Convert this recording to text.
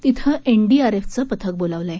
तिथं एनडीआरएफचं पथक बोलावलं आहे